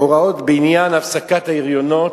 הוראות בעניין הפסקת ההריונות,